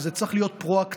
וזה צריך להיות פרואקטיבי,